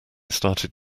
started